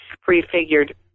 prefigured